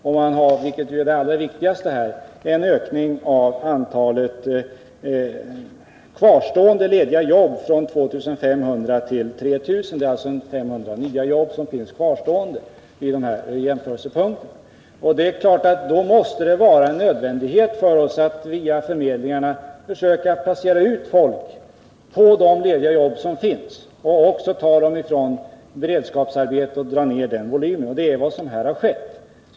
Det allra viktigaste är att det har skett en ökning av antalet kvarstående lediga jobb från 2 500 till 3 000, alltså 500 nya jobb. Då måste det vara nödvändigt för oss att via förmedlingarna söka placera ut folk på de lediga jobb som finns. Vi måste även ta folk från beredskapsarbetena och dra ned den volymen. Det är vad som här har skett.